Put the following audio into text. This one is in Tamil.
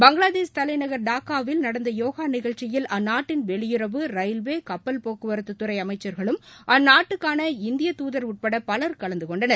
பங்களாதேஷ் தநைலகா் டாக்காவில் நடந்தயோகாநிகழ்ச்சியில் அந்நாட்டின் வெளியுறவு ரயில்வே கப்பல் போக்குவர்த்துத் துறைஅமைச்சா்களும் அந்நாட்டுக்கான இந்திய துதர் உட்படபலர் கலந்துகொண்டனர்